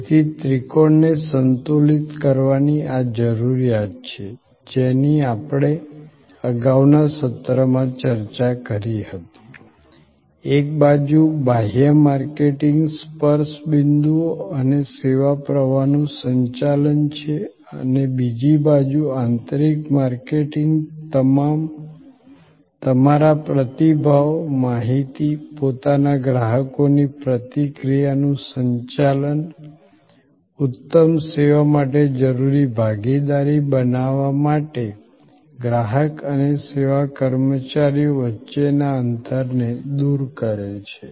તેથી ત્રિકોણને સંતુલિત કરવાની આ જરૂરિયાત છે જેની આપણે અગાઉના સત્રમાં ચર્ચા કરી હતી એક બાજુ બાહ્ય માર્કેટિંગ સ્પર્શ બિંદુઓ અને સેવા પ્રવાહનું સંચાલન છે અને બીજી બાજુ આંતરિક માર્કેટિંગ તમારા પ્રતિભાવો માહિતી પોતાના ગ્રાહકો ની પ્રતિક્રિયા નું સંચાલન ઉત્તમ સેવા માટે જરૂરી ભાગીદારી બનાવવા માટે ગ્રાહક અને સેવા કર્મચારીઓ વચ્ચેના અંતરને દૂર કરે છે